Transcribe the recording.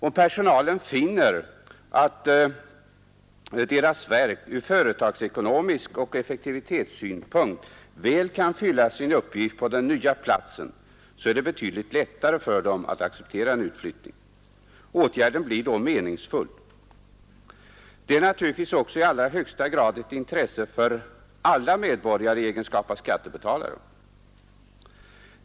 Om personalen finner att deras verk ur företagsekonomisk synpunkt och ur effektivitetssynpunkt väl kan fylla sin uppgift på den nya platsen, är det betydligt lättare för den att acceptera en utflyttning. Åtgärden blir då meningsfull. Det är naturligtvis också i allra högsta grad ett intresse för alla medborgare i egenskap av skattebetalare.